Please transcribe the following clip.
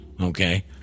Okay